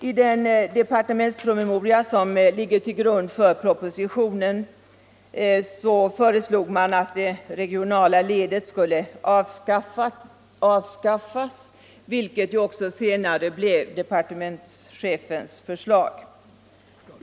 I den departementspromemoria som ligger till grund för propositionen föreslog man att det regionala ledet skulle avskaffas, vilket också senare blev departementschefens förslag.